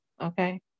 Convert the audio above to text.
Okay